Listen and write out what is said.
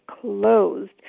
closed